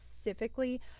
specifically